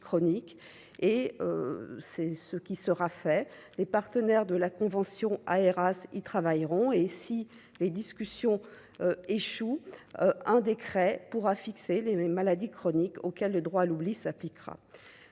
chroniques et c'est ce qui sera fait, les partenaires de la convention à Arras, ils travailleront et si les discussions échouent un décret pourra fixer les maladies chroniques auxquels le droit à l'oubli s'appliquera